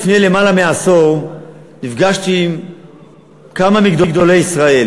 לפני למעלה מעשור נפגשתי עם כמה מגדולי ישראל